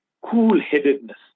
Cool-headedness